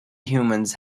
humans